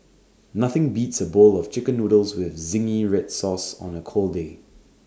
nothing beats A bowl of Chicken Noodles with Zingy Red Sauce on A cold day